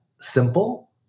simple